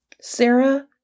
Sarah